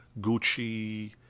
Gucci